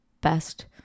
best